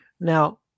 now